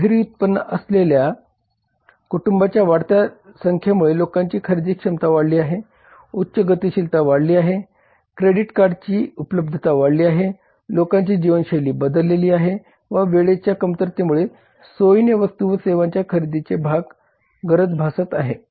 दुहेरी उत्पन्न असलेल्या कुटुंबांच्या वाढत्या संख्येमुळे लोकांची खरेदी क्षमता वाढली आहे उच्च गतिशीलता वाढली आहे क्रेडिट कार्डांची उपलब्धता वाढली आहे लोकांची जीवनशैली बदलली आहे व वेळेच्या कमतरतेमुळे सोयीने वस्तू व सेवांच्या खरेदीची गरज भासत आहे